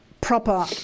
proper